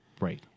Right